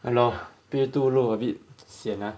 ya lor pay too low a bit sian ah